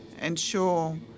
ensure